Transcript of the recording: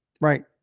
Right